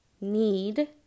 need